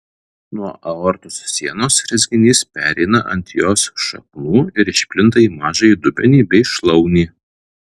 nuo aortos sienos rezginys pereina ant jos šakų ir išplinta į mažąjį dubenį bei šlaunį